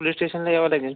police स्टेशनला यावं लागेल